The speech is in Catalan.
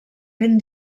ben